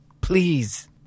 please